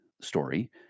story